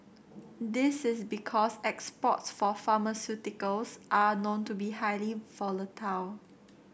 this is because exports for pharmaceuticals are known to be highly volatile